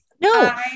No